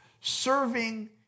Serving